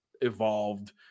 evolved